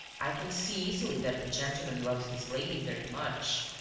i can see easily that the gentleman loves his lady very much.